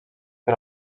per